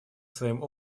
своим